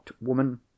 woman